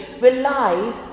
relies